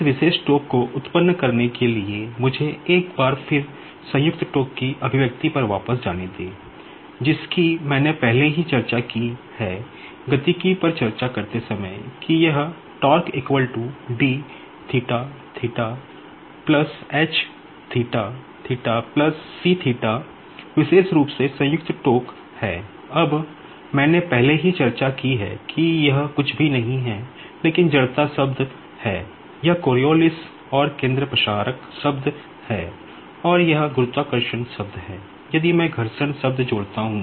कि यह विशेष रूप से संयुक्त टोक़ शब्द जोड़ता हूं